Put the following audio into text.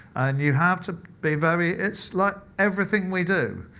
and you have to be very it's like everything we do.